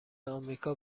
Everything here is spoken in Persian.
آمریکا